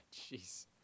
Jeez